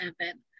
happen